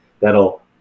that'll